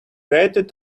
greater